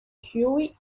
huey